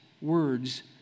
words